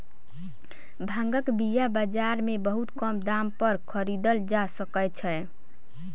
भांगक बीया बाजार में बहुत कम दाम पर खरीदल जा सकै छै